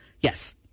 Yes